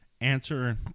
answer